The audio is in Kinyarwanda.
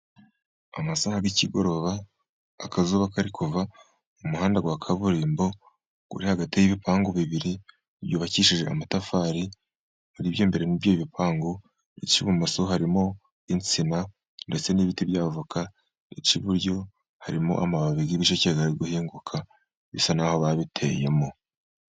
Amasaha y'ikigoroba akazuba kari kuva, mu muhanda wa kaburimbo uri hagati y'ibipangu bibiri byubakishije amatafari, muri ibyo byombi muri ibyo bipangu by'ibumoso harimo insina ndetse n'ibiti by'avoka, icy'iburyo harimo amababi y'ibisheke biri guhinguka bisa n'aho babiteyemo.